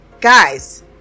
guys